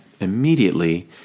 immediately